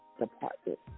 Department